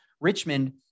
Richmond